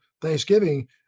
Thanksgiving